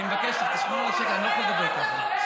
אני מבקש שתשמור על השקט, אני לא יכול לדבר ככה.